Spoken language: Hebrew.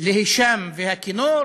להישאם והכינור